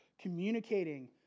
communicating